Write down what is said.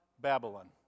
Babylon